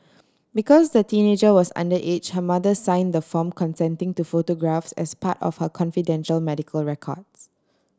because the teenager was underage her mother signed the form consenting to photographs as part of her confidential medical records